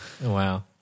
Wow